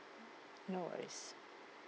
no worries